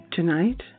Tonight